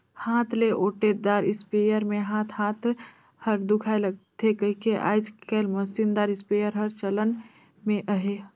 हाथ ले ओटे दार इस्पेयर मे हाथ हाथ हर दुखाए लगथे कहिके आएज काएल मसीन दार इस्पेयर हर चलन मे अहे